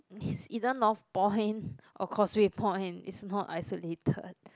it's either Northpoint or Causeway Point it's not isolated